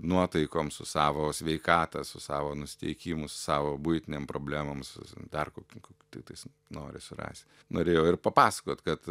nuotaikom su savo sveikata su savo nusiteikimu su savo buitinėm problemoms dar kokiom kokių tiktais nori surasi norėjau ir papasakot kad